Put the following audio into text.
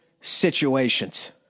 situations